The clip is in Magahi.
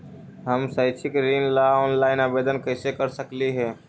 हम शैक्षिक ऋण ला ऑनलाइन आवेदन कैसे कर सकली हे?